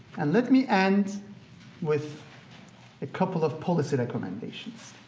and let me end with a couple of policy recommendations.